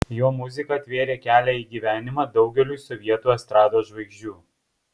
jo muzika atvėrė kelią į gyvenimą daugeliui sovietų estrados žvaigždžių